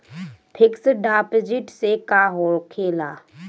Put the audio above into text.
Fix deposit से का होखे ला?